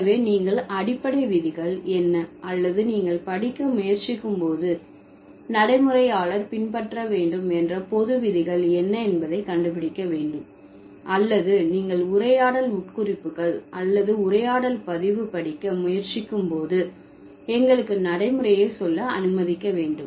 எனவே நீங்கள் அடிப்படை விதிகள் என்ன அல்லது நீங்கள் படிக்க முயற்சிக்கும் போது ஒரு நடைமுறையாளர் பின்பற்ற வேண்டும் என்ற பொது விதிகள் என்ன என்பதை கண்டுபிடிக்க வேண்டும் அல்லது நீங்கள் உரையாடல் உட்குறிப்புக்கள் அல்லது உரையாடல் பதிவு படிக்க முயற்சிக்கும் போது எங்களுக்கு நடைமுறையை சொல்ல அனுமதிக்க வேண்டும்